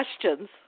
questions